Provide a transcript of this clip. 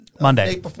Monday